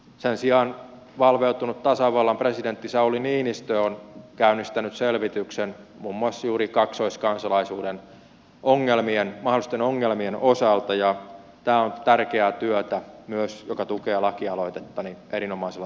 sen sijaan valveutunut tasavallan presidentti sauli niinistö on käynnistänyt selvityksen muun muassa juuri kaksoiskansalaisuuden mahdollisten ongelmien osalta ja tämä on myös tärkeää työtä joka tukee lakialoitettani erinomaisella tavalla